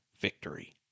victory